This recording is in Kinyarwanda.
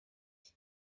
iki